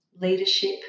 leadership